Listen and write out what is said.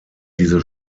diese